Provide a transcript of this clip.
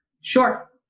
sure